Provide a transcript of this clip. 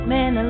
Man